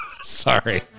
Sorry